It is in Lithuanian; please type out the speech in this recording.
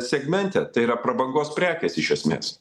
segmente tai yra prabangos prekės iš esmės